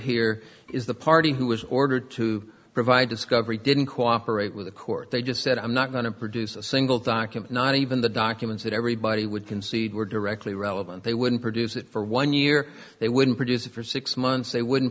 here is the party who was ordered to provide discovery didn't cooperate with the court they just said i'm not going to produce a single document not even the documents that everybody would concede were directly relevant they wouldn't produce it for one year they wouldn't produce it for six months they wouldn't